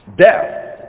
Death